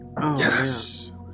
Yes